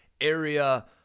area